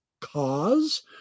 cause